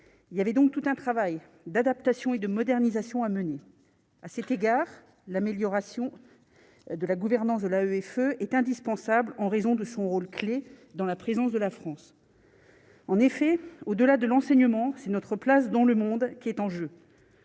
il y avait donc tout un travail d'adaptation et de modernisation a mener à cet égard, l'amélioration de la gouvernance de la EFE est indispensable en raison de son rôle clé dans la présence de la France, en effet, au-delà de l'enseignement, c'est notre place dans le monde qui est en jeu,